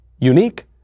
unique